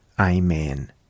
Amen